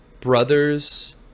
brothers